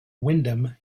windom